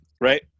Right